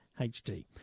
HD